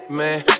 man